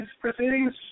proceedings